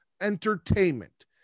entertainment